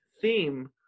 theme